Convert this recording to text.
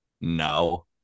no